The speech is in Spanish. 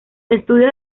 estudios